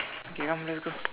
okay come let's go